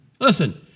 listen